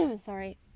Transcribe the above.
Sorry